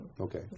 Okay